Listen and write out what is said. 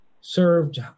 served